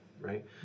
right